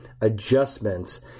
adjustments